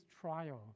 trial